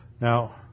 now